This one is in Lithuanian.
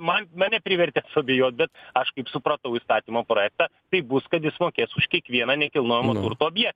man mane privertėt suabejot bet aš kaip supratau įstatymo projektą taip bus kad jis mokės už kiekvieną nekilnojamojo turto objektą